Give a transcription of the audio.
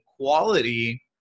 quality